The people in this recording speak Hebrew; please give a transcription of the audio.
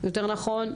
יותר נכון,